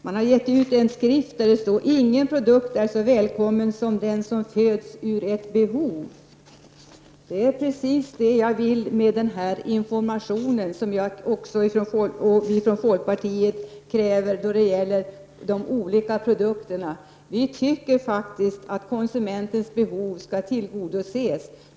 Den har givit ut en skrift där det står: ”Ingen produkt är så välkommen som den som föds ur ett behov.” Det är precis det jag vill få fram med denna information som vi från folkpartiet krävt när det gäller de olika produkterna. Vi tycker faktiskt att konsumentens behov skall tillgodoses.